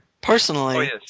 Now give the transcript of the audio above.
personally